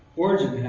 origen